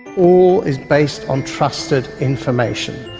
all is based on trusted information,